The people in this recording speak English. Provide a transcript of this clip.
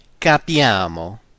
capiamo